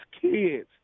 kids